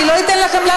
זה לא ילך ככה.